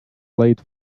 late